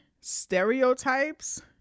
stereotypes